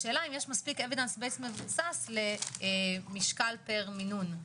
השאלה אם יש מספיק evidence based מבוסס למשקל פר מינון?